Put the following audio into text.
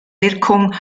wirkung